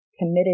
Committed